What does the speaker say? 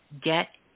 get